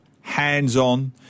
hands-on